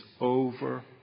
over